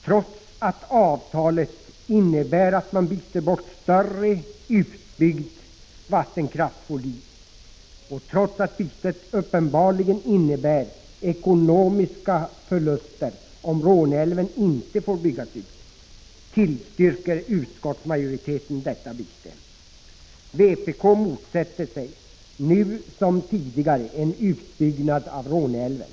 Trots att avtalet innebär att man byter bort större utbyggd vattenkraftsvolym och trots att bytet uppenbarligen betyder ekonomiska förluster om Råneälven inte får byggas ut, tillstyrker utskottsmajoriteten detta byte. Vpk motsätter sig, nu som tidigare, en utbyggnad av Råneälven.